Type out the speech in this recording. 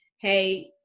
Hey